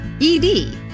ED